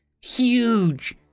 huge